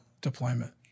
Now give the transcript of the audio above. deployment